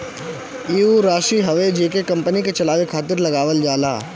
ई ऊ राशी हवे जेके कंपनी के चलावे खातिर लगावल जाला